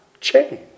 change